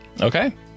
Okay